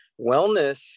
wellness